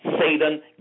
Satan